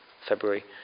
February